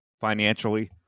financially